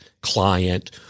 client